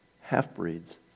half-breeds